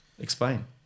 Explain